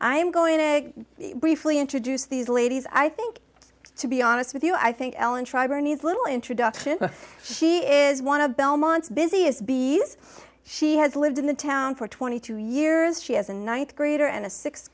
i'm going to introduce these ladies i think to be honest with you i think ellen tribe are a nice little introduction she is one of belmont's busiest bees she has lived in the town for twenty two years she has a ninth grader and a sixth